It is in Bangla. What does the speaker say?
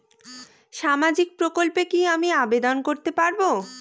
সামাজিক প্রকল্পে কি আমি আবেদন করতে পারবো?